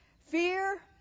Fear